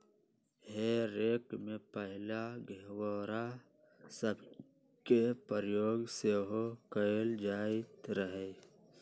हे रेक में पहिले घोरा सभके प्रयोग सेहो कएल जाइत रहै